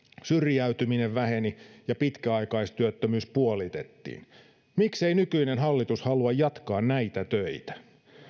syrjäytyminen väheni ja pitkäaikaistyöttömyys puolitettiin miksei nykyinen hallitus halua jatkaa näitä töitä